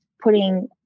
putting